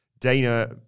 Dana